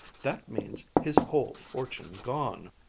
that means his whole fortune gone.